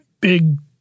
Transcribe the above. Big